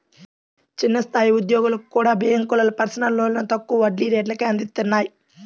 చిన్న స్థాయి ఉద్యోగులకు కూడా బ్యేంకులు పర్సనల్ లోన్లను తక్కువ వడ్డీ రేట్లకే అందిత్తన్నాయి